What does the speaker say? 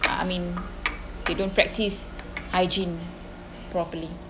I mean they don't practice hygiene properly